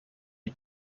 die